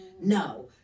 no